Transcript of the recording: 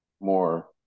more